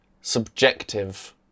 subjective